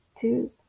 Two